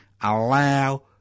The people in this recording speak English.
allow